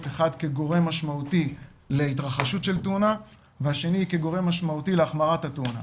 כגורם משמעותי להתרחשות של תאונה והשני כגורם משמעותי להחמרת התאונה.